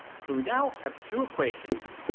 so we now have two equations.